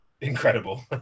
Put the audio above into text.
incredible